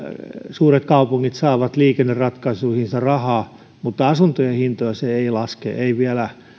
suuret kaupungit saavat liikenneratkaisuihinsa rahaa mutta asuntojen hintoja se ei laske ei vielä